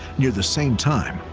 near the same time,